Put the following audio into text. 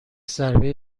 ضربه